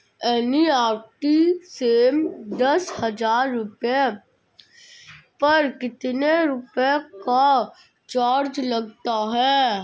NEFT से दस हजार रुपयों पर कितने रुपए का चार्ज लगता है?